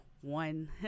one